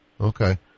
Okay